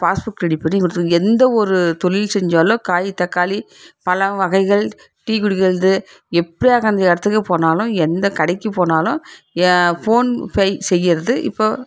passbook ready பண்ணி கொடுத்துருக்கு எந்த ஒரு தொழில் செஞ்சாலோ காய் தக்காளி பழம் வகைகள் டீ குடிக்கிறது எப்படியா கடந்த இடத்துக்கு போனாலும் எந்த கடைக்கு போனாலும் ஏ ஃபோன்பே செய்யுறது இப்போ